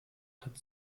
hat